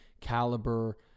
caliber